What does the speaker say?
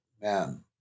man